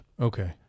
okay